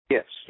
Yes